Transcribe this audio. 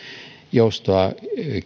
joustoa